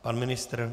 Pan ministr?